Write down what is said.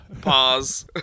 pause